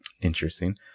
Interesting